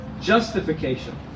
justification